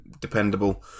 dependable